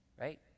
Right